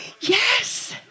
yes